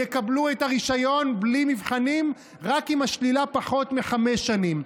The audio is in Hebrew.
יקבלו את הרישיון בלי מבחנים רק אם השלילה פחות מחמש שנים.